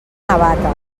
navata